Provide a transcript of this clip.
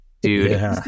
dude